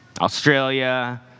Australia